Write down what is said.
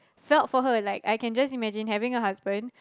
felt for her like I can just imagine having a husband